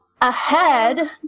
ahead